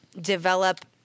develop